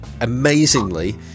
amazingly